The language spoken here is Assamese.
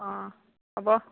অঁ হ'ব